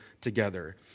together